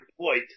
point